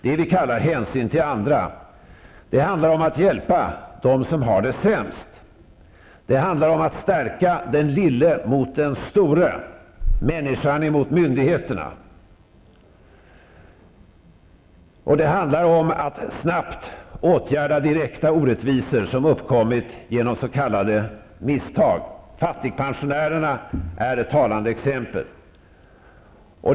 Det vi kallar hänsyn till andra. Det handlar om att hjälpa dem som har det sämst. Det handlar om att stärka den lille mot den store, människan mot myndigheterna. Det handlar om att snabbt åtgärda direkta orättvisor som uppkommit genom s.k. misstag. Fattigpensionärerna är ett talande exempel på detta.